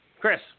Chris